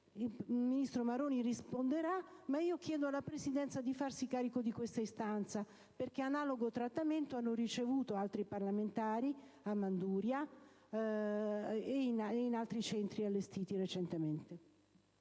Il ministro Maroni risponderà a tal riguardo, ma chiedo comunque alla Presidenza di farsi carico di questa istanza, perché analogo trattamento hanno ricevuto altri parlamentari a Manduria e negli altri centri recentemente